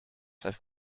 have